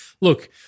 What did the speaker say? Look